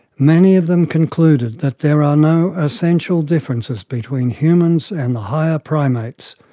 many of them concluded that there are no essential differences between humans and the higher primates,